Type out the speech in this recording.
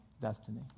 destiny